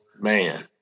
man